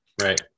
Right